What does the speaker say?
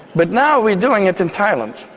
but now we're doing it in thailand,